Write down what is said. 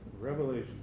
Revelation